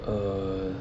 err